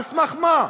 על סמך מה?